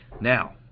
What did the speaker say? now